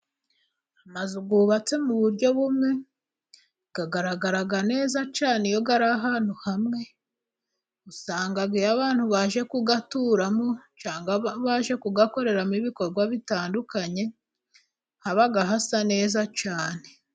Amazu yubatse mu buryo bumwe, agaragara neza cyane iyo ari ahantu hamwe, usanga iyo abantu baje kuyaturamo, cyangwa baje kuyakoreramo ibikorwa bitandukanye, haba hasa neza cyane.